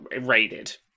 raided